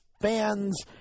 fans